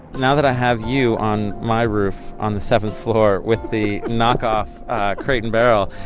now that i have you on my roof, on the seventh floor, with the knockoff crate and barrel.